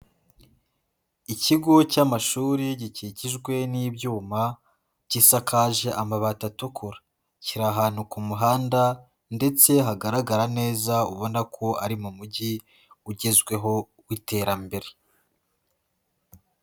Ikigo cy'amashuri gikikijwe n'ibyuma gisakaje amabati atukura, kiri ahantu ku muhanda ndetse hagaragara neza ubona ko ari mu mujyi ugezweho w'iterambere.